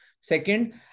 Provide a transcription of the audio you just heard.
Second